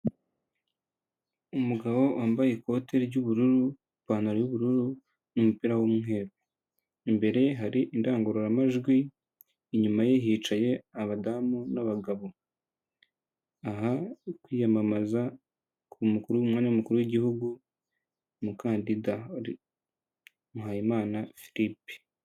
Umugabo wambaye ikote ry'ubururu ipantaro y'ubururu n'umupira w'umweru, imbere ye hari indangururamajwi inyuma ye hicaye abadamu n'abagabo, aha kwiyamamaza ku mukuru umwanya w'umukuru w'igihugu umukandida Muhayimana Phillipe.